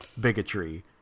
bigotry